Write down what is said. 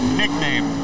nickname